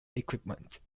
equipment